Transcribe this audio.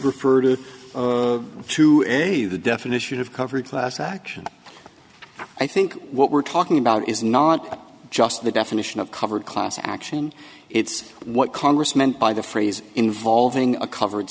referred to a the definition of covered class action i think what we're talking about is not just the definition of covered class action it's what congress meant by the phrase involving a covered